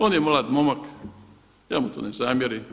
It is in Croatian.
On je mlad momak, ja mu to ne zamjerim.